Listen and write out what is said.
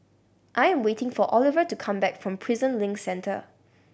I'm waiting for Oliver to come back from Prison Link Centre